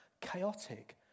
chaotic